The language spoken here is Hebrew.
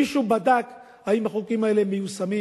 מישהו בדק אם החוקים האלה מיושמים?